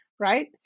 right